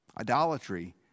Idolatry